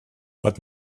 but